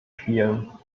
spielen